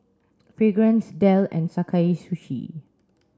Fragrance Dell and Sakae Sushi